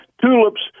tulips